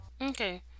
okay